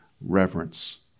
reverence